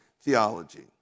theology